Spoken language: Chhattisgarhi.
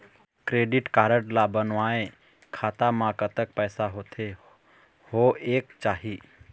क्रेडिट कारड ला बनवाए खाता मा कतक पैसा होथे होएक चाही?